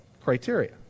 criteria